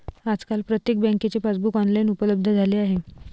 आजकाल प्रत्येक बँकेचे पासबुक ऑनलाइन उपलब्ध झाले आहे